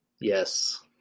Yes